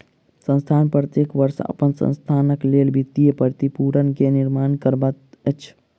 संस्थान प्रत्येक वर्ष अपन संस्थानक लेल वित्तीय प्रतिरूपण के निर्माण करबैत अछि